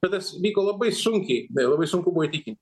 bet tas vyko labai sunkiai dai labai sunku buvo įtikin